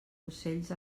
ocells